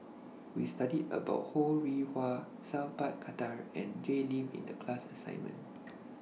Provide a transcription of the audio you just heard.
We studied about Ho Rih Hwa Sat Pal Khattar and Jay Lim in The class assignment